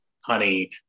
honey